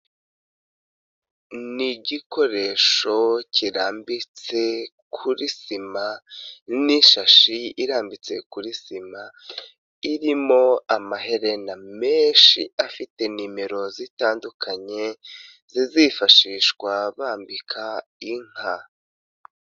Ni igikoresho kirambitse kuri sima n'ishashi irambitse kuri sima, irimo amaherena menshi afite nimero zitandukanye zizifashishwa bambika inka.